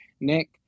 Nick